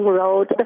road